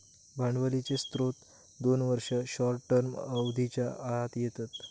भांडवलीचे स्त्रोत दोन वर्ष, शॉर्ट टर्म अवधीच्या आत येता